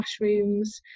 mushrooms